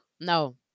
No